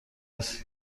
نیست